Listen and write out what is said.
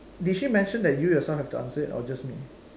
did she mention that you yourself have to answer it or just me